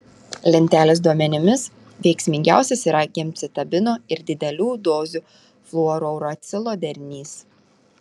lentelės duomenimis veiksmingiausias yra gemcitabino ir didelių dozių fluorouracilo derinys